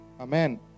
Amen